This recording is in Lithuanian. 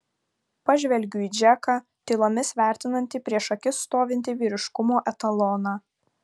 pažvelgiu į džeką tylomis vertinantį prieš akis stovintį vyriškumo etaloną